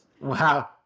Wow